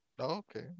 Okay